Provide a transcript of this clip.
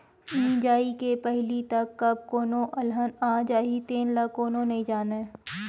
मिजई के पहिली तक कब कोनो अलहन आ जाही तेन ल कोनो नइ जानय